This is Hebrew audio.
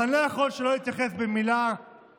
איך יכול להיות שאתם עובדים ככה בשקט?